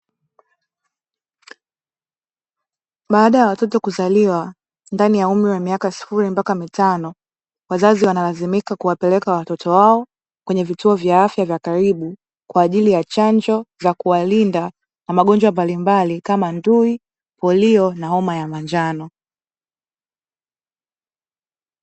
Baada ya watoto kuzaliwa ndani ya umri wa umri sifuri mpaka mitano, wazazi wanalazimika kuwapeleka watoto wao kwenye vituo vya afya vya karibu, kwa ajili ya chanjo za kuwalinda na magonjwa mbalimbali kama; ndui, polio na homa ya manjano.